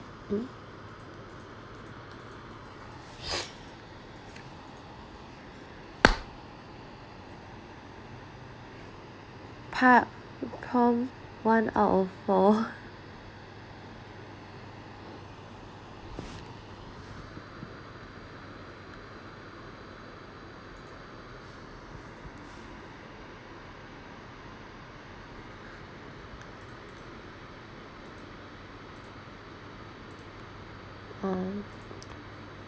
part prompt one out of four um